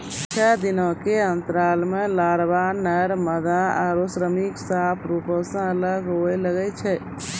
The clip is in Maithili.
छः दिनो के अंतराल पे लारवा, नर मादा आरु श्रमिक साफ रुपो से अलग होए लगै छै